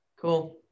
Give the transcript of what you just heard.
Cool